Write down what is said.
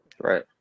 right